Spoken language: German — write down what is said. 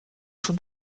schon